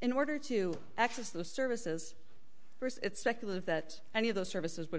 in order to access the services first it's speculative that any of those services would